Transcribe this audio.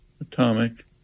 Atomic